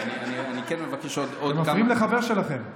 אתם מפריעים לחבר שלכם.